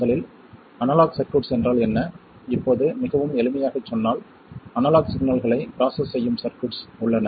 முதலில் analogue circuits என்றால் என்ன இப்போது மிகவும் எளிமையாகச் சொன்னால் அனலாக் சிக்னல்களை ப்ராசஸ் செய்யும் சர்க்யூட்ஸ் உள்ளன